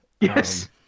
yes